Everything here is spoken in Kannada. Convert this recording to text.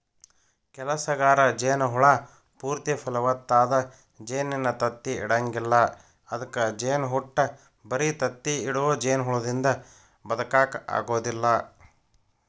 ಕೆಲಸಗಾರ ಜೇನ ಹುಳ ಪೂರ್ತಿ ಫಲವತ್ತಾದ ಜೇನಿನ ತತ್ತಿ ಇಡಂಗಿಲ್ಲ ಅದ್ಕ ಜೇನಹುಟ್ಟ ಬರಿ ತತ್ತಿ ಇಡೋ ಜೇನಹುಳದಿಂದ ಬದಕಾಕ ಆಗೋದಿಲ್ಲ